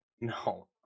No